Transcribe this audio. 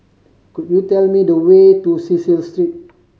could you tell me the way to Cecil Street